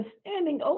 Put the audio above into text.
standing